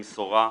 במשורה,